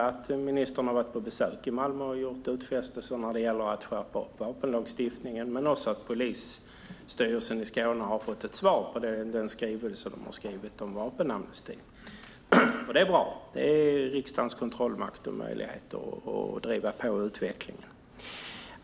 Justitieministern har besökt Malmö och gjort utfästelser när det gäller att skärpa vapenlagstiftningen, och Polisstyrelsen i Skåne har fått ett svar på skrivelsen om vapenamnesti. Det är bra. Det är riksdagens kontrollmakt och möjlighet att driva på utvecklingen.